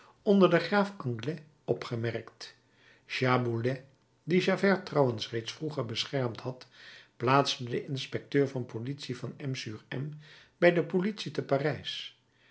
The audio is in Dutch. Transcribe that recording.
onder den graaf anglès opgemerkt chabouillet die javert trouwens reeds vroeger beschermd had plaatste den inspecteur van politie van m sur m bij de politie te parijs